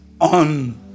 on